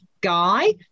guy